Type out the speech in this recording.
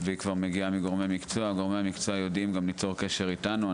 והיא כבר מגיעה מגורמי מקצוע גורמי המקצוע יודעים גם ליצור קשר איתנו.